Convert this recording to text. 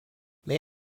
may